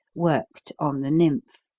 worked on the nymph,